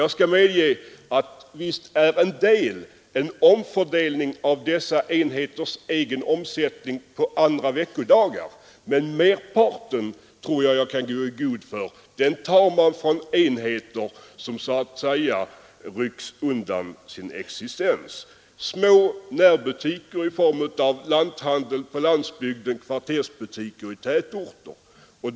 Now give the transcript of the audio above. Jag skall medge att det delvis gäller en omfördelning av enheternas egen omsättning mellan veckodagarna. Men merparten av denna omsättning — det påståendet tror jag jag kan gå i god för — tar man från enheter som på så sätt äventyras till sin existens. Det gäller små närbutiker i form av lanthandlare på landsbygden och kvartersbutiker i tätorter.